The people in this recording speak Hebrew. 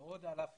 על עוד אלפים